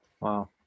Wow